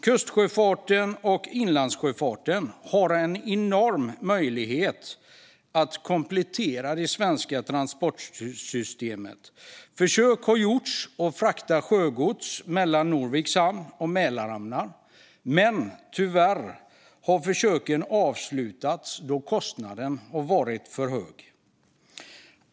Kustsjöfarten och inlandssjöfarten har en enorm möjlighet att komplettera det svenska transportsystemet. Försök har gjorts att frakta sjögods mellan Norviks hamn och Mälarhamnar, men tyvärr har försöken avslutats då kostnaden varit för hög.